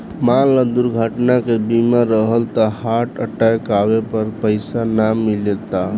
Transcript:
मान ल दुर्घटना के बीमा रहल त हार्ट अटैक आवे पर पइसा ना मिलता